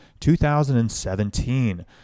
2017